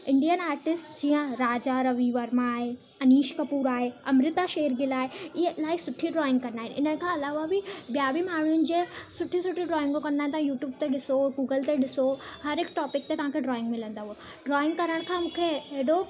Indian artist जीअं राजा रवी वर्मा आए अनीष कपूर आए अम्रिता शेरगिल आहे इअं इलाही सुठी ड्रॉइंग कंदा आहिनि हिन खां अलावा बि ॿिया बि माण्हुनि जीअं सुठी सुठी ड्रॉइंगूं कंदा त यूट्यूब ते ॾिसो गूगल ते ॾिसो हर हिकु टॉपिक ते तव्हांखे ड्रॉइंग मिलंदव ड्रॉइंग करण खां मूंखे हेॾो